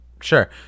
sure